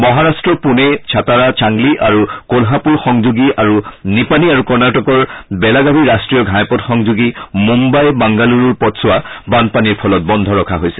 মহাৰাট্টৰ পুনে ছাটাৰা ছাংগলি আৰু কোলহাপুৰ সংযোগী আৰু নিপানি আৰু কৰ্ণটিকৰ বেলাগাভি ৰট্টীয় ঘাইপথ সংযোগী মুম্বাই বাংগালুৰুৰ পথচোৱা বানপানীৰ ফলত বন্ধ ৰখা হৈছে